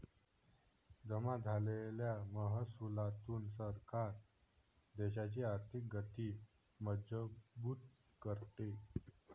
जमा झालेल्या महसुलातून सरकार देशाची आर्थिक गती मजबूत करते